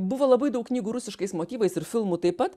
buvo labai daug knygų rusiškais motyvais ir filmų taip pat